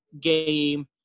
game